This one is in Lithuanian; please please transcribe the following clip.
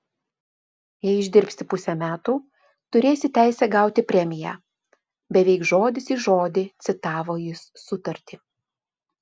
jei išdirbsi pusę metų turėsi teisę gauti premiją beveik žodis į žodį citavo jis sutartį